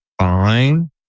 fine